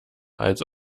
als